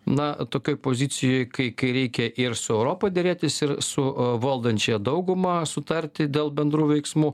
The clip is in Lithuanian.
na tokioj pozicijoj kai kai reikia ir su europa derėtis ir su valdančiąja dauguma sutarti dėl bendrų veiksmų